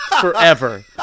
forever